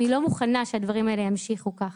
אני לא מוכנה שהדברים האלה ימשיכו ככה.